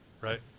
right